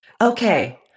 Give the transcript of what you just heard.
Okay